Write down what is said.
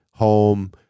home